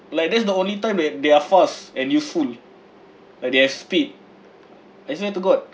like that's the only time that they're fast and you fool like they have speed I swear to god